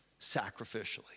sacrificially